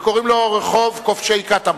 וקוראים לו רחוב כובשי-קטמון.